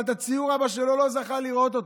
אבל את הציור אבא שלו לא זכה לראות.